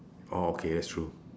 oh okay that's true